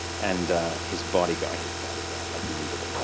and his bodyguard his bodyguard. like he needed a